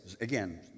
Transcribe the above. again